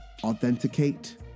authenticate